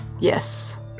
Yes